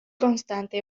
constante